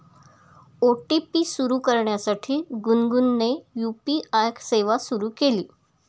OTP सुरू करण्यासाठी गुनगुनने यू.पी.आय सेवा सुरू केली